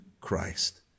Christ